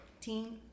team